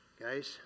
Guys